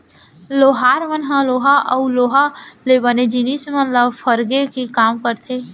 लोहार मन ह लोहा अउ लोहा ले बने जिनिस मन ल फरगे के काम करथे